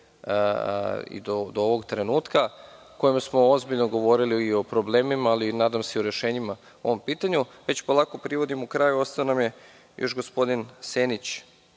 do ovog trenutka, u kojoj smo ozbiljno govorili i o problemima, ali nadam se i o rešenjima o ovom pitanju, već polako privodimo kraju. Ostao nam je još gospodin Senić